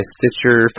Stitcher